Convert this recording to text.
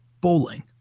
bowling